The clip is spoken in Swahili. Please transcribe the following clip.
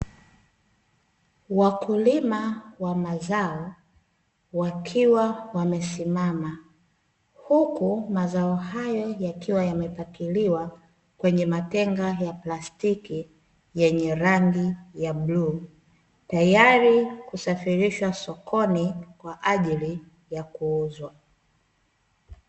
Wakulima wa mazao wakiwa wamesimama, huku mazao hayo yakiwa yamepakiliwa kwenye matenga ya plastiki yenye rangi ya bluu, tayari kusafirishwa sokoni kwa ajili ya kuuzwa.